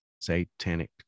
satanic